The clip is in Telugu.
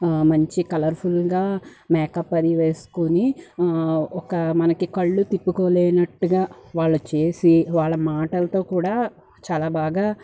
మంచి కలర్ఫుల్గా మేకప్ అది వేసుకొని ఒక మన కళ్ళు తిప్పుకోలేనట్టుగా వాళ్ళు చేసి వాళ్ళ మాటలతో కూడా చాలా బాగా